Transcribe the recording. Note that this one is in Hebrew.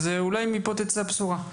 אולי מפה תצא בשורה.